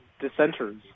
dissenters